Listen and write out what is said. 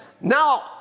Now